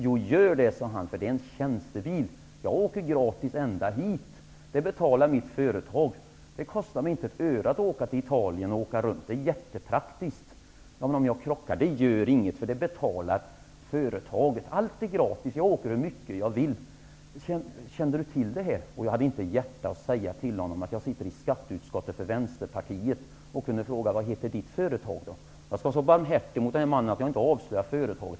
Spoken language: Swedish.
Jo, gör det, sade han, för det är en tjänstebil. Jag åker gratis ända hit. Det betalar mitt företag. Det kostar mig inte ett öre att åka till Italien och åka runt här. Det är jättepraktiskt. Men om jag krockar? Det gör inget, det betalar företaget. Allt är gratis. Jag åker hur mycket jag vill. Kände du till det här? Jag hade inte hjärta att säga till honom att jag sitter i skatteutskottet för Vänsterpartiet och kunde fråga: Vad heter ditt företag då? Jag skall vara så barmhärtig mot den här mannen att jag inte avslöjar företaget.